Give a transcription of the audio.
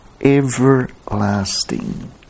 everlasting